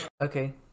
Okay